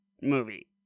movie